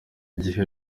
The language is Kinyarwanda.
gihe